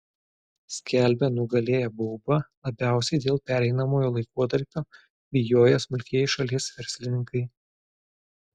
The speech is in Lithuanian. skelbia nugalėję baubą labiausiai dėl pereinamojo laikotarpio bijoję smulkieji šalies verslininkai